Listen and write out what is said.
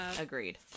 agreed